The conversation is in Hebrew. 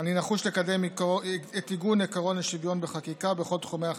אני נחוש לקדם את עיגון עקרון השוויון בחקיקה בכל תחומי החיים,